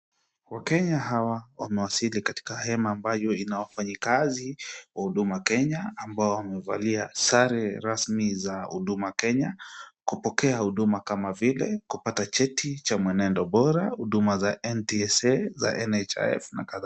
Wakenya hawa wamewasili katika hema ambayo inawafanyi kazi Huduma Kenya ambayo wamevalia sare rasmi za Huduma Kenya kupokea huduma kama vile kupata cheti cha mwenendo bora, huduma za NTSA za NHIF, na kadhalika.